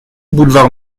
boulevard